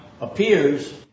appears